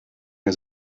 mir